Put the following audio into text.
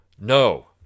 No